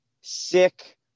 sick